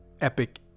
epic